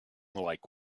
like